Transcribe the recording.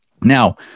Now